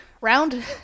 Round